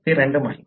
ते रँडम आहे